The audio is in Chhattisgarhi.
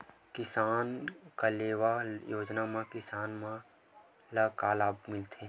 किसान कलेवा योजना म किसान ल का लाभ मिलथे?